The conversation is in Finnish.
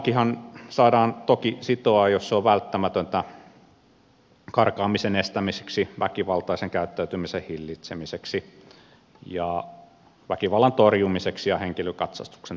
vankihan saadaan toki sitoa jos se on välttämätöntä karkaamisen estämiseksi väkivaltaisen käyttäytymisen hillitsemiseksi väkivallan torjumiseksi ja henkilökatsastuksen turvaamiseksi